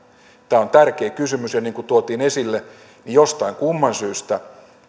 tämä on tärkeä kysymys niin kuin tuotiin esille niin jostain kumman syystä